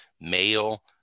male